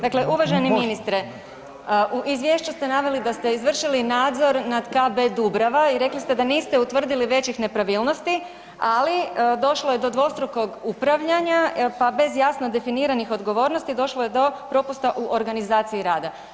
Dakle, uvaženi ministre, u izvješću ste naveli da ste izvršili nadzor nad KB Dubrava i rekli ste da niste utvrdili većih nepravilnosti, ali došlo je do dvostrukog upravljanja pa bez jasno definiranih odgovornosti došlo je do propusta u organizaciji rada.